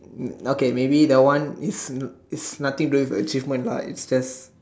um okay maybe that one is is nothing do with achievement lah it's just